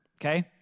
okay